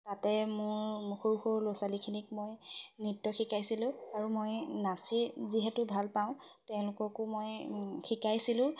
তাতে মোৰ সৰু ল'ৰা ছোৱালীখিনিক মই নৃত্য শিকাইছিলোঁ আৰু মই নাচি যিহেতু ভালপাওঁ তেওঁলোককো মই শিকাইছিলোঁ